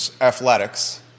athletics